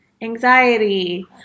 anxiety